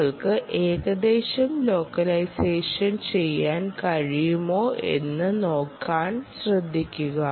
നിങ്ങൾക്ക് ഏകദേശം ലോക്കലൈസേഷൻ ചെയ്യാൻ കഴിയുമോ എന്ന് നോക്കാൻ ശ്രമിക്കുക